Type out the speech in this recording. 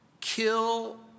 kill